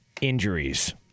injuries